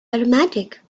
automatic